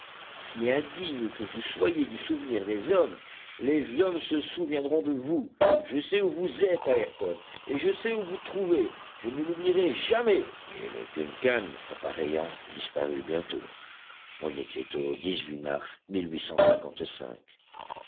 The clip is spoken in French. si indigne que vous soyez du souvenir des hommes les hommes se souviendront de vous je sais où vous êtes ayrton et je sais où vous trouver je ne l'oublierai jamais et le duncan appareillant disparut bientôt on était au mars